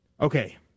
Okay